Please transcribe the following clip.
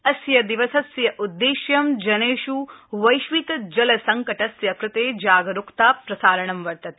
अस्य दिवसस्य उद्देश्य जनेष् वैश्विक जल संकटस्य कृते जागरुकता प्रसारणं वर्तते